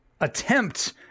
attempt